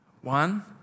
One